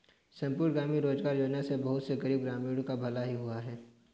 संपूर्ण ग्रामीण रोजगार योजना से बहुत से गरीब ग्रामीणों का भला भी हुआ है